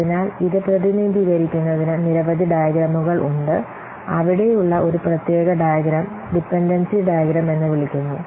അതിനാൽ ഇത് പ്രതിനിധീകരിക്കുന്നതിന് നിരവധി ഡയഗ്രമുകൾ ഉണ്ട് അവിടെയുള്ള ഒരു പ്രത്യേക ഡയഗ്രം ഡിപൻഡൻസി ഡയഗ്രം എന്ന് വിളിക്കുന്നു